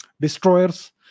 destroyers